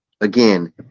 again